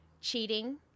cheating